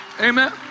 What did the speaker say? Amen